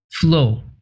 flow